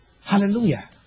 Hallelujah